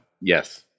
yes